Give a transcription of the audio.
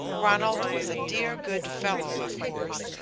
ronald was a dear good fellow, of course,